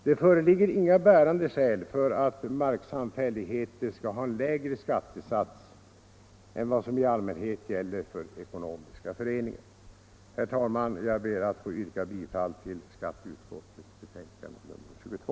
Det föreligger inga bärande skäl för att marksamfälligheter skall ha lägre skattesats än vad som i allmänhet gäller för ekonomiska föreningar. Herr talman! Jag ber att få yrka bifall till skatteutskottets betänkande nr 22.